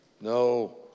no